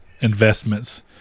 investments